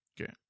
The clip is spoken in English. Okay